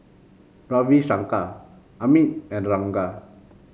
Ravi Shankar Amit and the Ranga